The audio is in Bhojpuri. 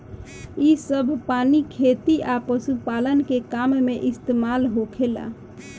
इ सभ पानी खेती आ पशुपालन के काम में इस्तमाल होखेला